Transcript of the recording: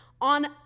on